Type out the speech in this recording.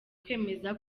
kwemeza